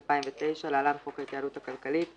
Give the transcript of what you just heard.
התשס"ט-2009 (להלן, חוק ההתייעלות הכלכלית);